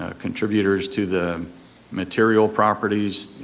ah contributors to the material properties,